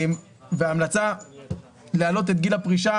ההמלצה להעלות את גיל הפרישה